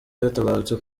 yaratabarutse